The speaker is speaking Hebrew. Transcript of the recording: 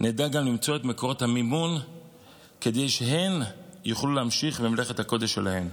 נדע גם למצוא את מקורות המימון כדי שהן יוכלו להמשיך במלאכת הקודש שלהן.